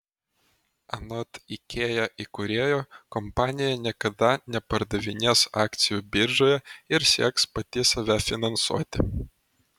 anot ikea įkūrėjo kompanija niekada nepardavinės akcijų biržoje ir sieks pati save finansuoti